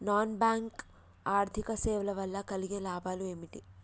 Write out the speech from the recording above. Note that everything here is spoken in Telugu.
నాన్ బ్యాంక్ ఆర్థిక సేవల వల్ల కలిగే లాభాలు ఏమిటి?